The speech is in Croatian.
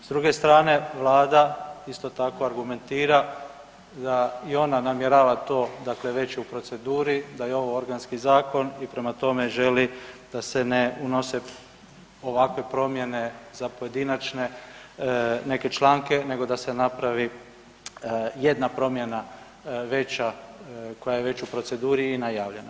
S druge strane vlada isto tako argumentira da i ona namjerava to dakle već u proceduri da je ovo organski zakon i prema tome želi da se ne unose ovakve promjene za pojedinačne neke članke nego da se napravi jedna promjena veća koja je već u proceduri i najavljena.